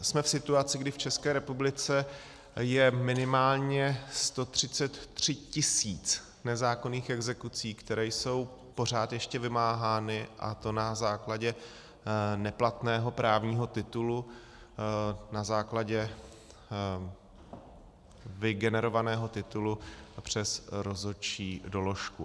Jsme v situaci, kdy v České republice je minimálně 133 tisíc nezákonných exekucí, které jsou pořád ještě vymáhány, a to na základě neplatného právního titulu, na základě vygenerovaného titulu a přes rozhodčí doložku.